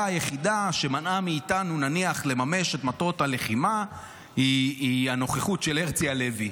היחידה שמנעה מאיתנו נניח לממש את מטרות הלחימה היא הנוכחות של הרצי הלוי.